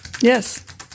Yes